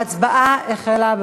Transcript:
ההצבעה החלה.